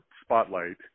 spotlight